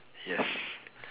yes